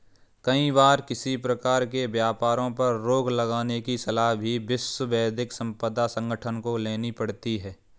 कई बार किसी प्रकार के व्यापारों पर रोक लगाने की सलाह भी विश्व बौद्धिक संपदा संगठन को लेनी पड़ती है